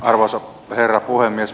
arvoisa herra puhemies